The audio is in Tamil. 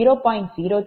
14 மற்றும் j 0